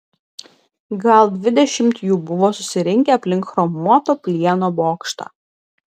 gal dvidešimt jų buvo susirinkę aplink chromuoto plieno bokštą